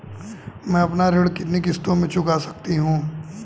मैं अपना ऋण कितनी किश्तों में चुका सकती हूँ?